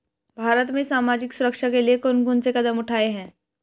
भारत में सामाजिक सुरक्षा के लिए कौन कौन से कदम उठाये हैं?